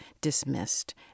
dismissed